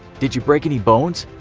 did you break any bones?